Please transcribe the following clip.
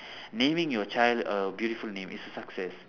naming your child a beautiful name it's a success